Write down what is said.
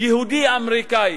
יהודי אמריקני,